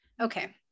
Okay